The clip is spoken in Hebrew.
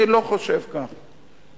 אני לא חושב כך.